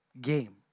game